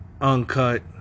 uncut